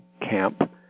camp